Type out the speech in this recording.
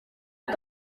uko